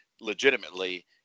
legitimately